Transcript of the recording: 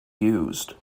used